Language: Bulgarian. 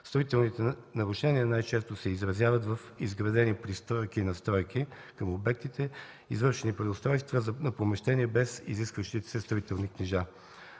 Строителните нарушения най-често се изразяват в изградени пристройки и надстройки към обектите, извършени преустройства на помещения без изискващите се строителни книжа.